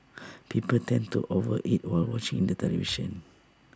people tend to over eat while watching the television